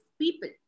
people